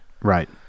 Right